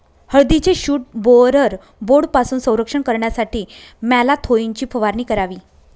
हळदीचे shoot borer बोर्डपासून संरक्षण करण्यासाठी मॅलाथोईनची फवारणी करावी